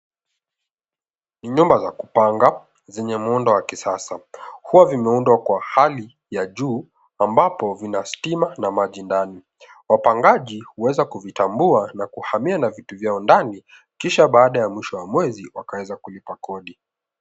Ni nyumba za kupanga zenye muundo wa kisasa . Huwa vimeundwa kwa hali ya juu ambapo vina stima na maji ndani. Wapangaji huweza kuvitanbua na kuhamia na vitu vyao ndani kisha baada ya mwisho wa mwezi wakaweza kulipa kodi.